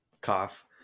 cough